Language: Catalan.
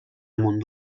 amunt